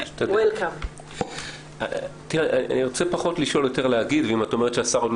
אני רוצה פחות לשאול ויותר להגיב.